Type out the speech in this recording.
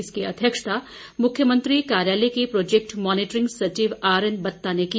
इसकी अध्यक्षता मुख्यमंत्री कार्यालय के प्रोजेक्ट मोनिटरिंग सचिव आरएन बत्ता ने की